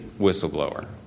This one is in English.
whistleblower